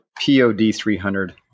POD300